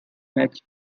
match